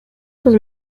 sus